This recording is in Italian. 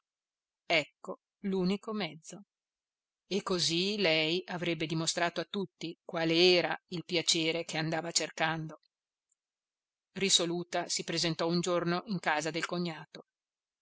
ecco l'unico mezzo e così lei avrebbe dimostrato a tutti qual era il piacere che andava cercando risoluta si presentò un giorno in casa del cognato